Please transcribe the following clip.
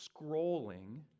scrolling